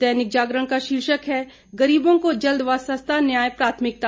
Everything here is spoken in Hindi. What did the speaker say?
दैनिक जागरण का शीर्षक है गरीबों को जल्द व सस्ता न्याय प्राथमिकता